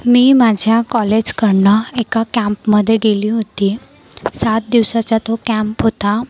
मी माझ्या कॉलेजकडून एका कॅम्पमध्ये गेली होती सात दिवसाचा तो कॅम्प होता